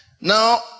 Now